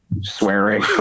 swearing